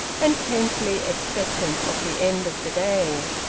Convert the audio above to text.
and painfully expectant of the end of the day.